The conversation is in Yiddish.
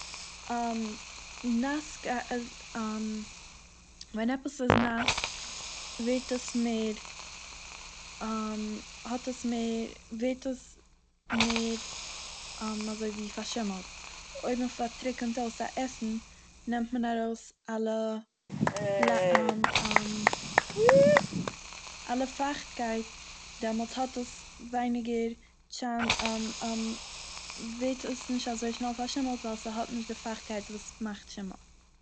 ווען עפעס איז נאס ווערט עס מער - האט עס מער- ווערט עס מער אזוי ווי פארשימלט, אויב מ'פארטרוקנט אויס א עסן נעמט מען ארויס אלע- אלע פייכטקייט דעמאלטס האט עס ווייניגער טשאנ- ווערט עס נישט אזוי שנעל פארשימלט ווייל ס'האט נישט די פייכטקייט וואס מאכט שימל.